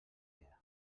idea